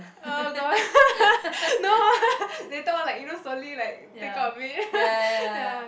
oh god no ah later on you know slowly like take out a bit ya